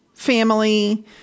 family